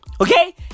Okay